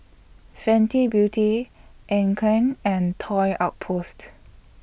Fenty Beauty Anne Klein and Toy Outpost